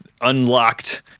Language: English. unlocked